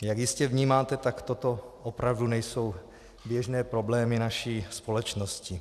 Jak jistě vnímáte, tak toto opravdu nejsou běžné problémy naší společnosti.